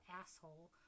asshole